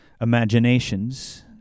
imaginations